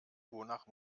wonach